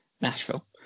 Nashville